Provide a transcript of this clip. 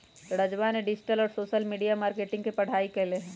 राजवा ने डिजिटल और सोशल मीडिया मार्केटिंग के पढ़ाई कईले है